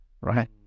right